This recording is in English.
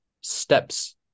steps